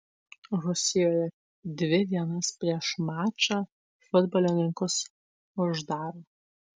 rusijoje dvi dienas prieš mačą futbolininkus uždaro